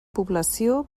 població